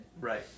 Right